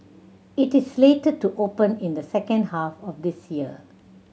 it is slated to open in the second half of this year